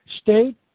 State